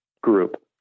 group